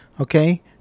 Okay